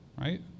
right